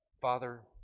Father